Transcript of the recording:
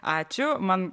ačiū man